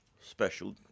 special